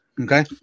okay